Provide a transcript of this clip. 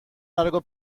largo